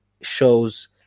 shows